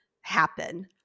happen